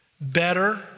better